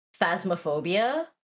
Phasmophobia